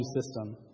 system